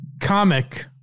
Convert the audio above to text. comic